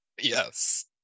yes